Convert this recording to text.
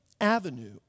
avenue